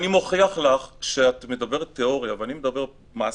אני מוכיח לך שאת מדברת תיאוריה, ואני מדבר מעשה.